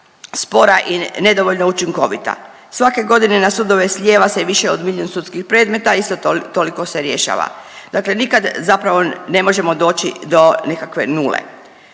spora i nedovoljno učinkovita. Svake godine na sudove slijeva se više od milijun sudskih predmeta, a isto toliko se rješava. Dakle, nikad zapravo ne možemo doći do nekakve nule.